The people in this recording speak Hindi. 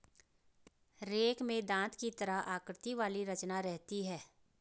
रेक में दाँत की तरह आकृति वाली रचना रहती है